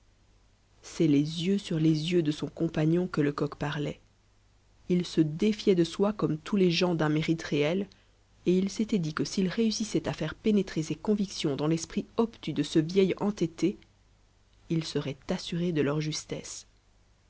c'est les yeux sur les yeux de son compagnon que lecoq parlait il se défiait de soi comme tous les gens d'un mérite réel et il s'était dit que s'il réussissait à faire pénétrer ses convictions dans l'esprit obtus de ce vieil entêté il serait assuré de leur justesse